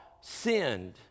sinned